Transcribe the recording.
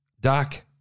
doc